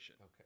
Okay